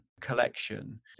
collection